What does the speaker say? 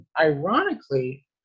ironically